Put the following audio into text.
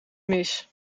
mis